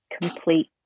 complete